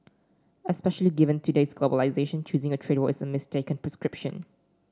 especially given today's globalisation choosing a trade war is a mistaken prescription